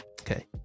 Okay